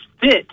fit